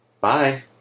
bye